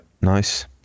nice